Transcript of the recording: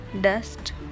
dust